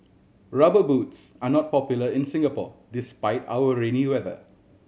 Rubber Boots are not popular in Singapore despite our rainy weather